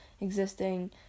existing